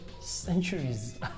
centuries